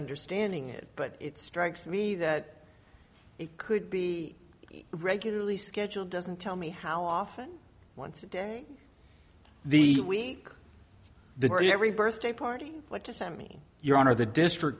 understanding it but it strikes me that it could be regularly scheduled doesn't tell me how often once a day the week the jury every birthday party what to send me your honor the district